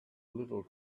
little